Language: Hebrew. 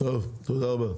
תודה.